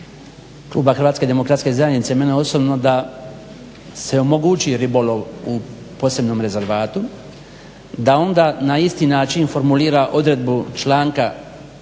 prema prijedlogu kluba HDZ-a, mene osobno, da se omogući ribolov u posebnom rezervatu, da onda na isti način formulira odredbu članka kojim je